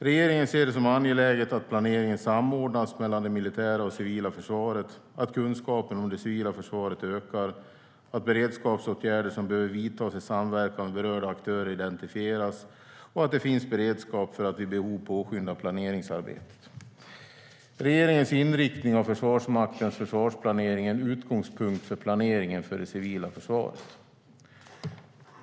Regeringen ser det som angeläget att planeringen samordnas mellan det militära och civila försvaret, att kunskapen om det civila försvaret ökar, att beredskapsåtgärder som behöver vidtas i samverkan med berörda aktörer identifieras och att det finns beredskap för att vid behov påskynda planeringsarbetet. Regeringens inriktning av Försvarsmaktens försvarsplanering är en utgångspunkt för planeringen för det civila försvaret.